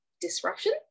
disruption